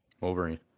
wolverine